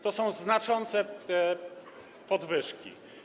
To są znaczące podwyżki.